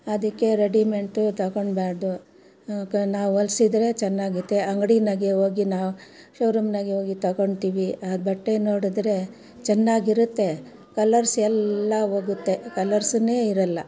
ಅದಕ್ಕೆ ರೆಡಿಮೆಂಡ್ದು ತಗೊಳ್ಬಾಡ್ದು ಕ ನಾವು ಹೊಲ್ಸಿದ್ರೆ ಚೆನ್ನಾಗತ್ತೆ ಅಂಗಡಿನಾಗೆ ಹೋಗಿ ನಾವು ಶೋರೂಮ್ನಾಗೆ ಹೋಗಿ ತಗೊತೀವಿ ಆ ಬಟ್ಟೆ ನೋಡಿದ್ರೆ ಚೆನ್ನಾಗಿರುತ್ತೆ ಕಲ್ಲರ್ಸ್ ಎಲ್ಲ ಹೋಗುತ್ತೆ ಕಲ್ಲರ್ಸುನ್ನೇ ಇರಲ್ಲ